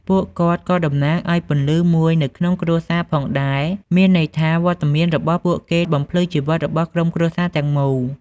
ពួកគាត់ក៏៏តំណាងឱ្យពន្លឺមួយនៅក្នុងគ្រួសារផងដែរ មានន័យថាវត្តមានរបស់ពួកគេបំភ្លឺជីវិតរបស់ក្រុមគ្រួសារទាំងមូល។